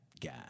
guy